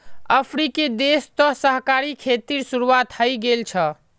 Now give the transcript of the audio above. अफ्रीकी देश तो सहकारी खेतीर शुरुआत हइ गेल छ